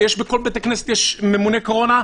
ובכל בית כנסת יש ממונה קורונה,